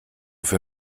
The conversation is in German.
für